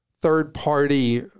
third-party